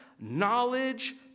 knowledge